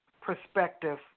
perspective